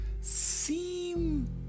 seem